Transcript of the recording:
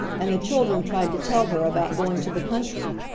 and the children tried to tell her about going to the country,